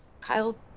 Kyle